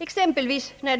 Exempelvis skall